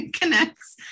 connects